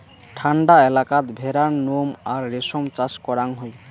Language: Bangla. ঠান্ডা এলাকাত ভেড়ার নোম আর রেশম চাষ করাং হই